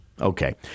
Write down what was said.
Okay